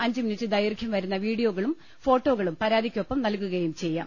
അഞ്ച് മിനുട്ട് ദൈർഘ്യം വരുന്ന വീഡിയോകളും ഫോട്ടോകളും പരാതിക്കൊപ്പം നൽകുകയും ചെയ്യാം